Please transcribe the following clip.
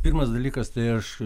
pirmas dalykas tai aš